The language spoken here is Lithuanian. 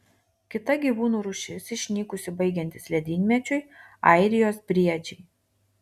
kita gyvūnų rūšis išnykusi baigiantis ledynmečiui airijos briedžiai